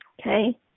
Okay